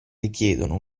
richiedono